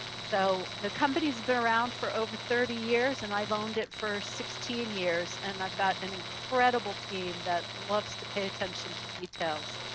so the company has been around for over thirty years and i've owned it for sixteen years and i've got an incredible team that loves to pay attention to details.